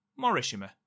Morishima